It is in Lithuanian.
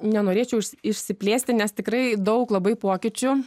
nenorėčiau išsiplėsti nes tikrai daug labai pokyčių